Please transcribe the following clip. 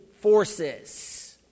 forces